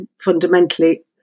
fundamentally